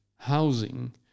Housing